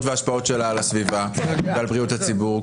וההשפעות שלה על הסביבה ועל בריאות הציבור?